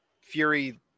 fury